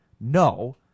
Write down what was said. No